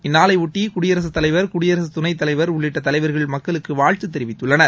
இந்நாளையொட்டி குடியரசுத் தலைவர் குடியரசுத் துணைத் தலைவர் உள்ளிட்ட தலைவர்கள் மக்களுக்கு வாழ்த்து தெரிவித்துள்ளனர்